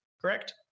correct